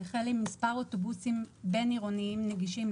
שהתחיל עם מספר אוטובוסים בין-עירוניים נגישים,